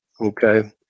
Okay